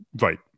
right